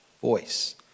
voice